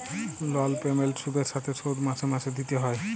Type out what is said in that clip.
লল পেমেল্ট সুদের সাথে শোধ মাসে মাসে দিতে হ্যয়